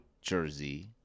jersey